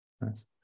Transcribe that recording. Nice